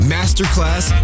Masterclass